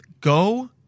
Go